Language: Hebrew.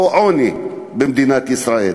או מעוני במדינת ישראל